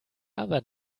other